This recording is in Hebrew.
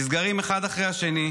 נסגרים אחד אחרי השני,